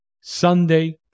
Sunday